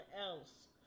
else